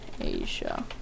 Asia